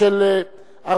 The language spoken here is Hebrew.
(תקופת שומה מיוחדת),